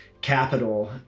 capital